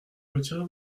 retirez